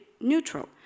neutral